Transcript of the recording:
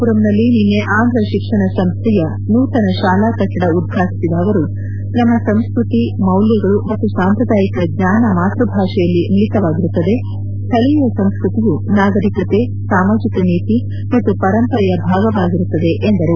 ಪುರಂನಲ್ಲಿ ನಿನ್ನೆ ಆಂಧ್ರ ಶಿಕ್ಷಣ ಸಂಸ್ಥೆಯ ನೂತನ ಶಾಲಾ ಕಟ್ಟಡ ಉದ್ವಾಟಿಬದ ಅವರು ನಮ್ಮ ಸಂಸ್ಕತಿ ಮೌಲ್ಯಗಳು ಮತ್ತು ಸಂಪಾದಾಯಿಕ ಜ್ವಾನ ಮಾತೃಭಾಷೆಯಲ್ಲಿ ಮಿಳಿತವಾಗಿರುತ್ತದೆ ಸ್ವೀಯ ಸಂಸ್ಕತಿಯು ನಾಗರಿಕತೆ ಸಾಮಾಜಿಕ ನೀತಿ ಮತ್ತು ಪರಂಪರೆಯ ಭಾಗವಾಗಿರುತ್ತದೆ ಎಂದರು